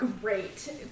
Great